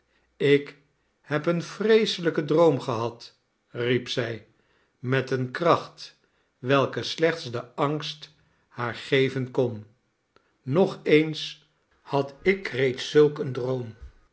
ik heb een vreeselijken droom gehad riep zij met eene kracht welke slechts de angst haar geven kon nog eens had ik reeds zulk een droom